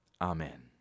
Amen